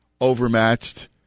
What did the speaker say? overmatched